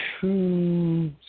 two